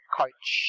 coach